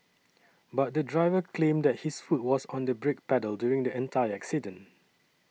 but the driver claimed that his foot was on the brake pedal during the entire accident